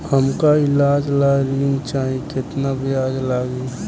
हमका ईलाज ला ऋण चाही केतना ब्याज लागी?